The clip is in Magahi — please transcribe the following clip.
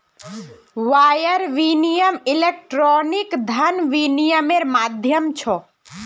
वायर विनियम इलेक्ट्रॉनिक धन विनियम्मेर माध्यम छ